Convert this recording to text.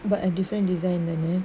but a different design